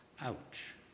Ouch